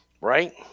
Right